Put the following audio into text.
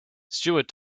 steward